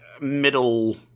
middle